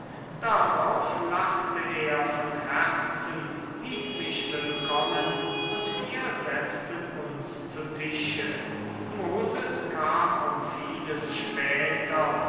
darauf lachte er von herzen hieß mich willkommen und wir setzten uns zu tische moses kam um vieles später